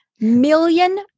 million